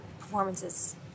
performances